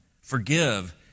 forgive